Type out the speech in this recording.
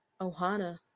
ohana